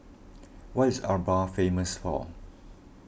what is Aruba famous for